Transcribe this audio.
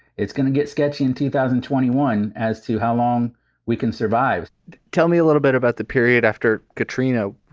it's gonna get sketchy in two thousand and twenty one as to how long we can survive tell me a little bit about the period after katrina.